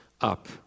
up